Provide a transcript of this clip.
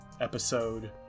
episode